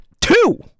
Two